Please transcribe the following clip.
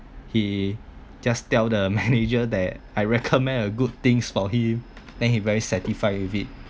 he just tell the manager that I recommend a good things for him then he very satisfied with it